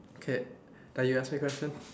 okay ah you ask me question